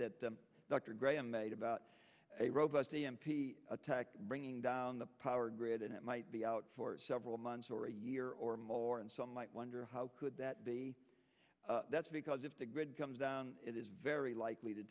that dr graham made about a robust e m p attack bringing down the power grid and it might be out for several months or a year or more and some like wonder how could that be that's because if the grid comes down it is very likely to